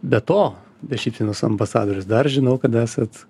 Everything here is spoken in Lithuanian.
be to be šypsenos ambasadorės dar žinau kad esat